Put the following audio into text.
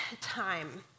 time